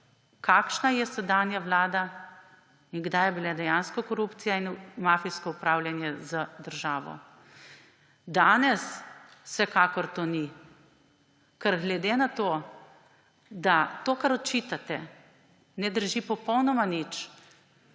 kakšna je sedanja vlada in kdaj sta bila dejansko korupcija in mafijsko upravljanje z državo. Danes vsekakor ne. Glede na to, da od tega, kar očitate, ne drži popolnoma nič,